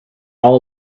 all